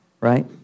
right